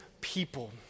people